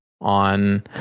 on